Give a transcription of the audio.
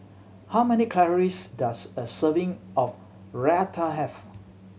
how many calories does a serving of Raita have